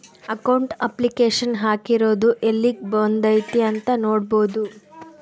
account application ಹಾಕಿರೊದು ಯೆಲ್ಲಿಗ್ ಬಂದೈತೀ ಅಂತ ನೋಡ್ಬೊದು